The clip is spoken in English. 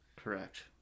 correct